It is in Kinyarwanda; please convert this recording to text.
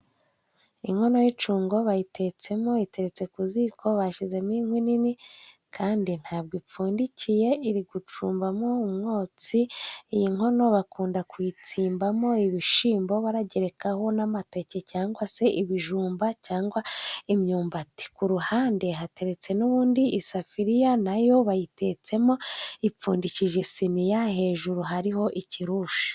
Inkono y'icyungo bayitetsemo, iteretse ku ziko, bashyizemo inkwi nini kandi nta bwo ipfundikiye, iri gucumbamo umwotsi, iyi nkono bakunda kuyitsimbamo ibishyimbo, baragerekaho n'amateke cyangwa se ibijumba, cyangwa imyumbati. Ku ruhande hateretse n'ubundi isafiriya na yo bayitetsemo, ipfundikije isiniya, hejuru hariho ikirushi.